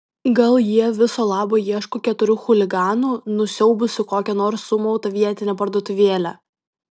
gal jie viso labo ieško keturių chuliganų nusiaubusių kokią nors sumautą vietinę parduotuvėlę